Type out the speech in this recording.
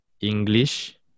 English